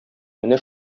менә